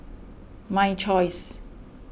My Choice